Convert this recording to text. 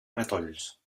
matolls